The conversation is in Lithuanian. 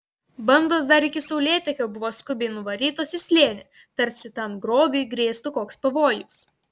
bandos dar iki saulėtekio buvo skubiai nuvarytos į slėnį tarsi tam grobiui grėstų koks pavojus